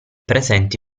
presente